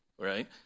right